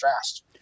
fast